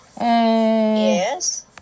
Yes